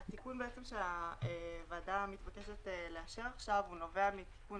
התיקון שהוועדה מתבקשת לאשר נובע מהתיקון